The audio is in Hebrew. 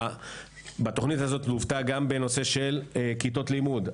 התוכנית הזו לוותה גם בנושא של כיתות לימוד.